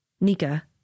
Nika